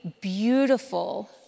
beautiful